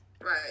Right